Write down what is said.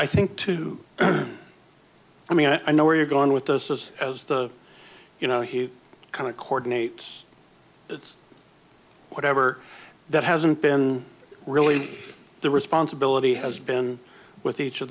i think too i mean i know where you're going with this is as the you know he kind of cordon apes it's whatever that hasn't been really the responsibility has been with each of